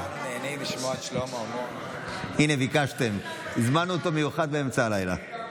הינה, ביקשתם, הזמנו אותו במיוחד באמצע הלילה.